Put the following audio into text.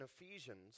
Ephesians